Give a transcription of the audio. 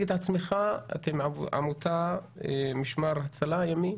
אני הנשיא של עמותת משמר הצלה ימי.